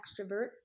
extrovert